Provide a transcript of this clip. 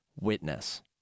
witness